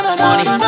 money